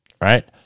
right